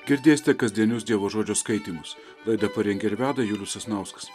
girdėsite kasdienius dievo žodžio skaitymus laidą parengė ir veda julius sasnauskas